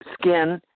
skin